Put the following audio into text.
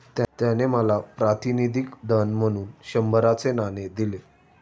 त्याने मला प्रातिनिधिक धन म्हणून शंभराचे नाणे दिले